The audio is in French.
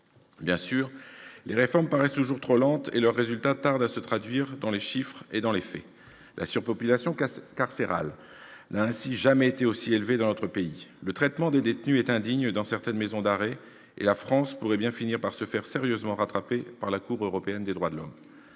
Bien sûr, les réformes paraissent toujours trop lentes et leurs résultats tardent à se traduire dans les chiffres et dans les faits. La surpopulation carcérale n'a ainsi jamais été aussi élevée dans notre pays. Le traitement des détenus est indigne dans certaines maisons d'arrêt et la France pourrait bien finir par se faire sérieusement rattraper par la Cour européenne des droits de l'homme.